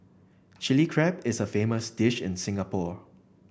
Chilli Crab is a famous dish in Singapore